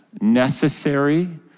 necessary